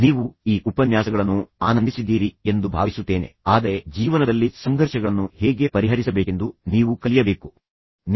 ನೀವು ಈ ಉಪನ್ಯಾಸಗಳನ್ನು ಆನಂದಿಸಿದ್ದೀರಿ ಎಂದು ನಾನು ಭಾವಿಸುತ್ತೇನೆ ಆದರೆ ಆನಂದಿಸುವುದಕ್ಕಿಂತ ಹೆಚ್ಚಾಗಿ ನಿಮ್ಮ ಜೀವನದಲ್ಲಿ ಸಂಘರ್ಷಗಳನ್ನು ಹೇಗೆ ಪರಿಹರಿಸಬೇಕೆಂದು ನೀವು ಕಲಿಯಬೇಕೆಂದು ನಾನು ಬಯಸುತ್ತೇನೆ